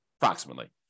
approximately